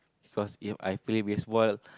cause If I play baseball